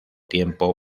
tiempo